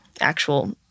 actual